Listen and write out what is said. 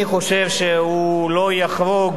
אני חושב שהוא לא יחרוג,